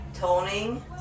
Toning